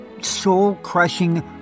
soul-crushing